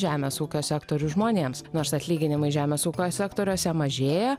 žemės ūkio sektorių žmonėms nors atlyginimai žemės ūkio sektoriuose mažėja